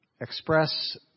express